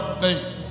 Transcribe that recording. faith